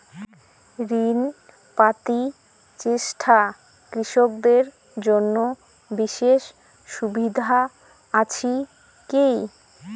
ঋণ পাতি চেষ্টা কৃষকদের জন্য বিশেষ সুবিধা আছি কি?